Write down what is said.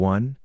One